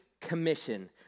Commission